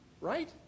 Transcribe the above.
Right